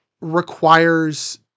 requires